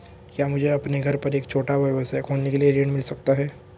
क्या मुझे अपने घर पर एक छोटा व्यवसाय खोलने के लिए ऋण मिल सकता है?